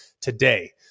today